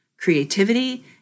creativity